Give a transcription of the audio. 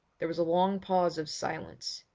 there was a long pause of silence,